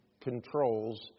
controls